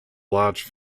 large